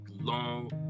long